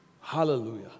Hallelujah